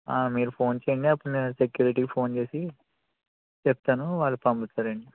ఆ మీరు ఫోన్ చెయ్యండి అప్పుడు నేను సెక్యూరిటీకి ఫోన్ చేసి చెప్తాను వాళ్ళు పంపిస్తారండి